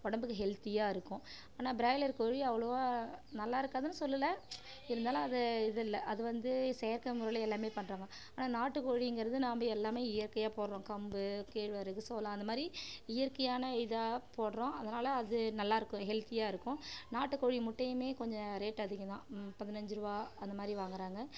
உடம்புக்கு ஹெல்தியாக இருக்கும் ஆனால் பிராய்லர் கோழி அவ்வளவாக நல்ல இருக்காதுன்னு சொல்லலை இருந்தாலும் அது இது இல்லை அது வந்து செயற்கை முறையில் எல்லாமே பண்ணுறாங்க ஆனால் நாட்டுக் கோழிங்கிறது நாம் எல்லாமே இயற்கையாக போடுகிறோம் கம்பு கேழ்வரகு சோளம் அந்த மாதிரி இயற்கையான இதாக போடுகிறோம் அதனால் அது நல்ல இருக்கும் ஹெல்தியாக இருக்கும் நாட்டுக் கோழி முட்டையுமே கொஞ்சம் ரேட்டு அதிகம்தான் பதினைஞ்சு ரூபாய் அதுமாதிரி வாங்கிறாங்க